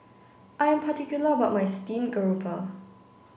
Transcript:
I am particular about my steamed garoupa